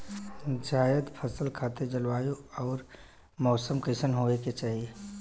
जायद फसल खातिर जलवायु अउर मौसम कइसन होवे के चाही?